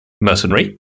mercenary